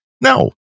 no